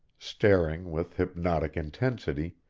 staring with hypnotic intensity,